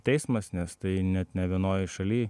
teismas nes tai net ne vienoj šalyj